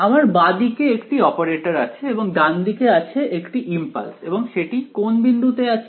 আমার বাঁ দিকে একটি অপারেটর আছে এবং ডান দিকে আছে একটি ইম্পালস এবং সেটি কোন বিন্দুতে আছে